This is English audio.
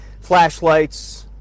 flashlights